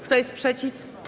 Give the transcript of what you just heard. Kto jest przeciw?